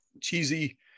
cheesy